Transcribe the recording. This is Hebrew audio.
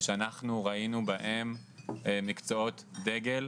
שאנחנו ראינו בהם מקצועות דגל,